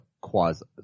quasi